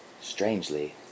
Strangely